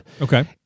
Okay